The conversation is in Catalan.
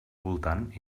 voltant